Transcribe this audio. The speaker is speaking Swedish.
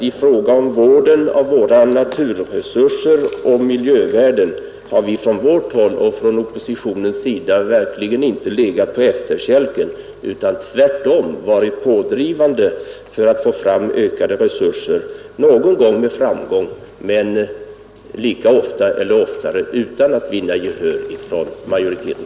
I fråga om vården av våra naturresurser och miljövärden har vi på vårt håll och inom oppositionen verkligen inte legat på efterkälken utan tvärtom varit pådrivande för att få fram ökade resurser — någon gång med framgång men oftare utan att vinna gehör hos majoriteten.